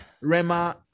Rema